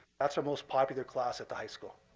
that's our most popular class at the high school.